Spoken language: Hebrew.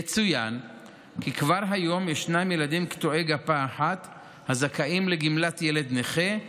יצוין כי כבר היום ישנם ילדים קטועי גפה אחת הזכאים לגמלת ילד נכה,